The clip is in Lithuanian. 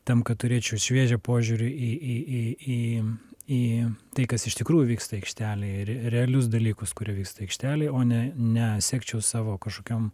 tam kad turėčiau šviežią požiūrį į į į į tai kas iš tikrųjų vyksta aikštelėj re realius dalykus kurie vyksta aikštelėj o ne ne sekčiau savo kažkokiom